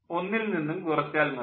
ഒന്നിൽ നിന്നും കുറച്ചാൽ മതി